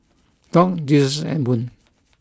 Dock Jesus and Boone